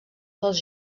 dels